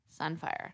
Sunfire